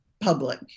public